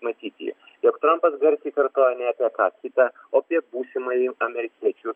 matyti jog trumpas garsiai kartoja ne apie ką kitą o apie būsimąjį amerikiečių